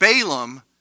Balaam